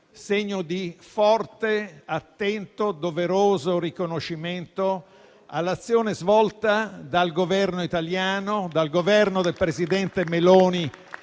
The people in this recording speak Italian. segnale di forte, attento e doveroso riconoscimento all'azione svolta dal Governo italiano, dal Governo del presidente Meloni,